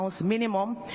minimum